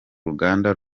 ruganda